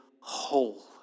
whole